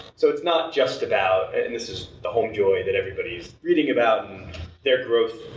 so it's not just about. and this is the home joy that everybody's reading about, and their growth,